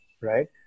right